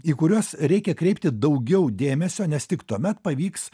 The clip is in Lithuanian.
į kuriuos reikia kreipti daugiau dėmesio nes tik tuomet pavyks